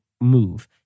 move